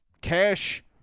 cash